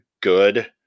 good